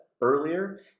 earlier